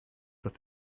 with